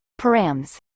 params